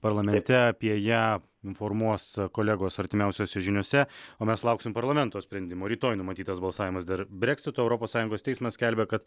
parlamente apie ją informuos kolegos artimiausiose žiniose o mes lauksim parlamento sprendimo rytoj numatytas balsavimas dėl breksito europos sąjungos teismas skelbia kad